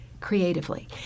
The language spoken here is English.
creatively